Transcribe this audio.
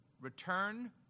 return